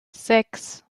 sechs